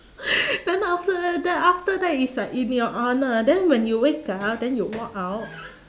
then after then after that it's like in your honour then when you wake up then you walk out